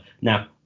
Now